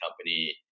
company